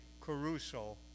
Caruso